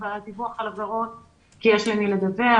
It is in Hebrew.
עלייה בדיווח על עבירות כי יש למי לדווח,